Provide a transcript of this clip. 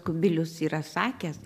kubilius yra sakęs